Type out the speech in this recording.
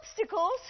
obstacles